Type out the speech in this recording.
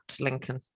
Lincoln